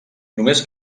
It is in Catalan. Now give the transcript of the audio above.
només